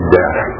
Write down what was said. death